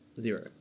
zero